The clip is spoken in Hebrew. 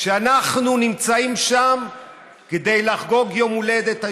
כשאנחנו נמצאים שם כדי לחגוג יום הולדת,